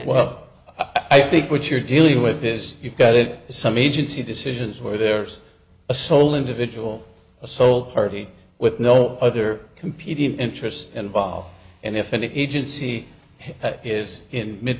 what i think what you're dealing with this you've got it some agency decisions where there's a sole individual a sole party with no other competing interests involved and if an agency is in